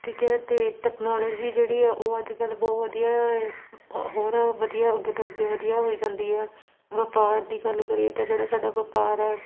ਠੀਕ ਹੈ ਅਤੇ ਤਕਨੋਲਜੀ ਜਿਹੜੀ ਹੈ ਉਹ ਅੱਜ ਕੱਲ੍ਹ ਬਹੁਤ ਵਧੀਆ ਏ ਹ ਹੋਰ ਵਧੀਆ ਅੱਗੇ ਤੋਂ ਅੱਗੇ ਵਧੀਆ ਹੋਈ ਜਾਂਦੀ ਆ ਵਪਾਰ ਦੀ ਗੱਲ ਕਰੀਏ ਤਾਂ ਜਿਹੜਾ ਸਾਡਾ ਵਪਾਰ ਹੈ